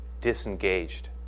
disengaged